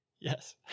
Yes